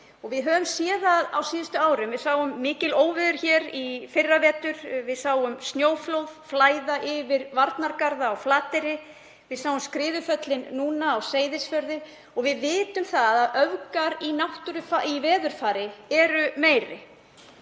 við höfum séð það á síðustu árum. Það voru mikil óveður hér í fyrravetur, við sáum snjóflóð flæða yfir varnargarða á Flateyri, við sáum skriðuföllin núna á Seyðisfirði og við vitum að öfgar í veðurfari eru orðnar